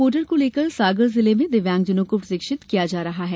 portal को लेकर सागर के दिव्यांगजनों को प्रशिक्षित किया जा रहा है